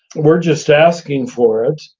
we're just asking for it,